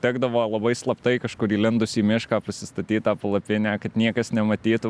tekdavo labai slaptai kažkur įlindus į mišką pasistatyt tą palapinę kad niekas nematytų